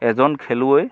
এজন খেলুৱৈ